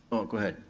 oh, go ahead.